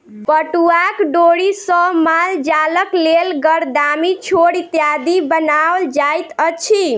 पटुआक डोरी सॅ मालजालक लेल गरदामी, छोड़ इत्यादि बनाओल जाइत अछि